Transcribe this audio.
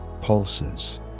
pulses